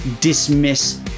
dismiss